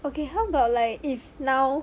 okay how about like if now